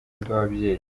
bw’ababyeyi